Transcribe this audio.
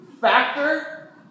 factor